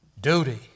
Duty